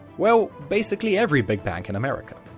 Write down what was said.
well, basically every big bank in america.